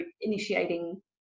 initiating